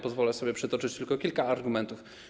Pozwolę sobie przytoczyć tylko kilka argumentów.